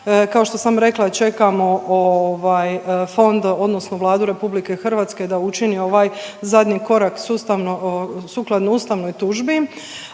Kao što sam rekla čekamo fond, odnosno Vladu Republike Hrvatske da učini ovaj zadnji korak sukladno ustavnoj tužbi.